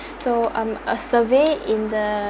so um a survey in the